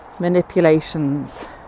manipulations